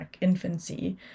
infancy